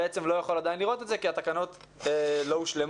בעצם עדיין לא יכול לראות את זה כי התקנות לא הושלמו.